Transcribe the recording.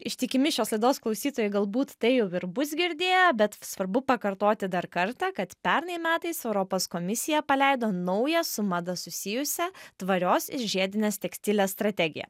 ištikimi šios laidos klausytojai galbūt tai jau ir bus girdėję bet svarbu pakartoti dar kartą kad pernai metais europos komisija paleido naują su mada susijusią tvarios ir žiedinės tekstilės strategiją